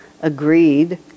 agreed